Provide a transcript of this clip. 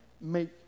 make